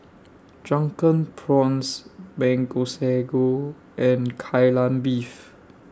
Drunken Prawns Mango Sago and Kai Lan Beef